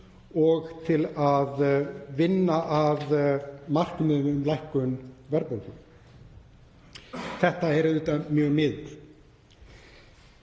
og til að vinna að markmiðum um lækkun verðbólgu. Þetta er auðvitað mjög miður.